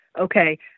okay